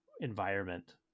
environment